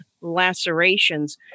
lacerations